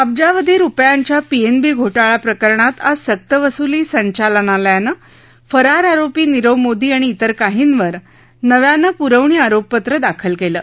अब्जावधी रुपयांच्या पीएनबी घोटाळा प्रकरणात आज सक्तवसुली संचालनालयानं फरार आरोपी नीरव मोदी आणि तिर काहींवर नव्यानं पुरवणी आरोपपत्र दाखल कलि